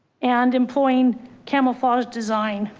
and employing camouflage design.